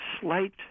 slight